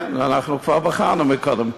כן, אנחנו כבר בחרנו קודם.